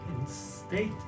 instate